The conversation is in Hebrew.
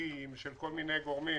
מפיקים ושל כל מיני גורמים